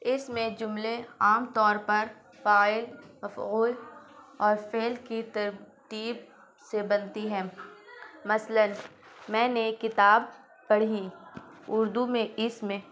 اس میں جملے عام طور پر فاعل مفعول اور فعل کی ترتیب سے بنتی ہے مثلاً میں نے کتاب پڑھی اردو میں اس میں